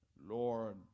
Lord